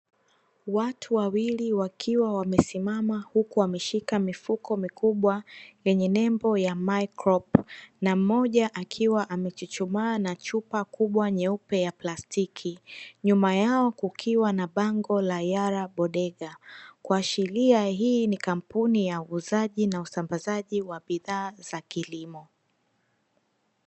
Watu wawili, wakiwa wamesimama huku wakiwa wameshika mifuko mikubwa, yenye nembo ya "MICROP", na mmoja akiwa amechuchumaa na chupa kubwa nyeupe ya plastiki. Nyuma yao kukiwa na bango la "YARABODEGA", kuashiria hii ni kampuni ya uuzaji na usambazaji wa bidhaa za kilimo.